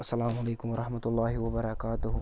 السلام علیکم ورحمتہ اللہ وبرَکاتہُ